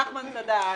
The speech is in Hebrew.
נחמן צדק.